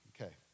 Okay